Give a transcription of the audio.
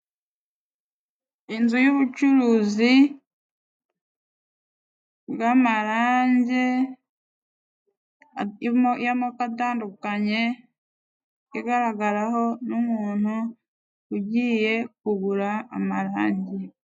Inzu y'ubucuruzi bw'amarange y'amoko atandukanye, igaragaraho n'umuntu ugiye kugura amarangi.